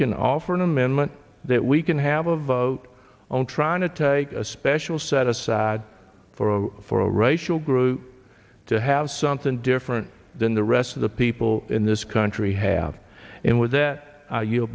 can offer an amendment that we can have a vote on trying to take a special set aside for for a racial group to have something different than the rest of the people in this country have and with that